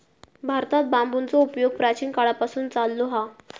भारतात बांबूचो उपयोग प्राचीन काळापासून चाललो हा